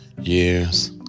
Years